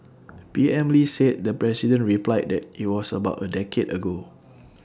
P M lee said the president replied that IT was about A decade ago